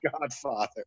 Godfather